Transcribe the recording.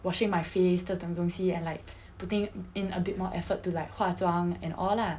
washing my face 这种东西 and like putting in a bit more effort to like 化妆 and all lah